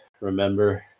remember